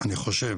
אני חושב